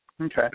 Okay